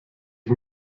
ich